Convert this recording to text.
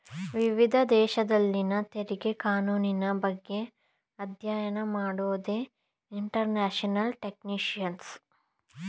ವಿವಿಧ ದೇಶದಲ್ಲಿನ ತೆರಿಗೆ ಕಾನೂನಿನ ಬಗ್ಗೆ ಅಧ್ಯಯನ ಮಾಡೋದೇ ಇಂಟರ್ನ್ಯಾಷನಲ್ ಟ್ಯಾಕ್ಸ್ಯೇಷನ್